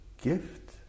gift